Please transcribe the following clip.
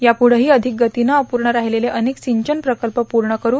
या पुढंही अधिक गतीनं अपूर्ण राहिलेले अनेक सिंचन प्रकल्प पूर्ण करू